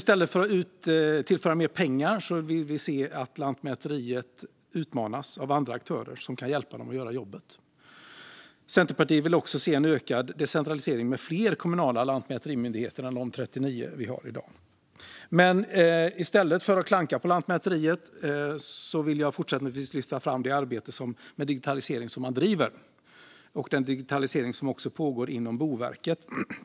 I stället för att tillföra mer pengar vill vi se Lantmäteriet utmanas av andra aktörer som kan hjälpa dem att göra jobbet. Centerpartiet vill också se en ökad decentralisering med fler kommunala lantmäterimyndigheter än de 39 vi har i dag. Men i stället för att klanka på Lantmäteriet vill jag fortsättningsvis lyfta fram det arbete med digitalisering som man bedriver och den digitalisering som pågår inom Boverket.